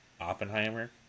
Oppenheimer